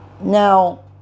Now